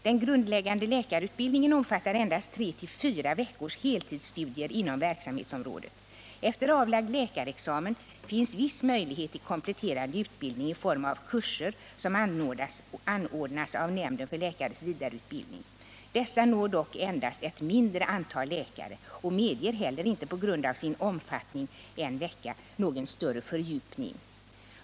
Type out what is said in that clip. Den grundläggande läkarutbildningen omfattar endast 3-4 veckors heltidsstudier inom verksamhetsområdet. Efter avlagd läkarexamen finns viss möjlighet till kompletterande utbildning i form av kurser som anordnas av nämnden för läkares vidareutbildning. Dessa når dock endast ett mindre antal läkare och medger heller inte på grund av sin omfattning — en vecka — någon större fördjupning.